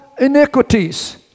iniquities